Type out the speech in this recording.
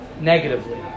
negatively